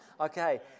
Okay